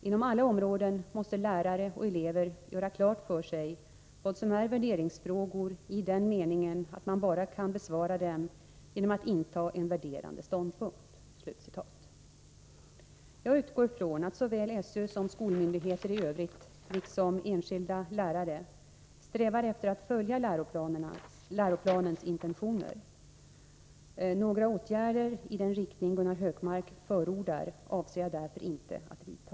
Inom alla ämnen måste lärare och elever göra klart för sig vad som är värderingsfrågor i den meningen att man bara kan besvara dem genom att inta en värderande ståndpunkt.” Jag utgår från att såväl SÖ som skolmyndigheter i övrigt, liksom enskilda lärare, strävar efter att följa läroplanens intentioner. Några åtgärder i den riktning Gunnar Hökmark förordar avser jag därför inte att vidta.